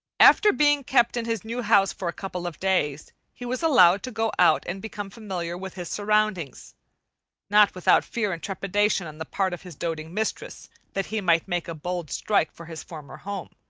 after being kept in his new house for a couple of days, he was allowed to go out and become familiar with his surroundings not without fear and trepidation on the part of his doting mistress that he might make a bold strike for his former home.